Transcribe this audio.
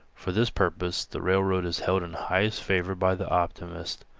for this purpose the railroad is held in highest favor by the optimist,